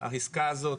העסקה הזאת,